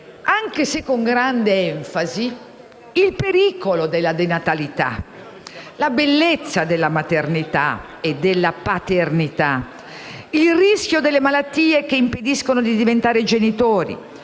anche se con grande enfasi, il pericolo della denatalità, la bellezza della maternità e della paternità, il rischio delle malattie che impediscono di diventare genitori,